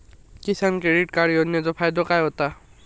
किसान credit card योजनेचो फायदो काय होता?